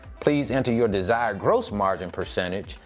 please enter your desired gross margin percentage.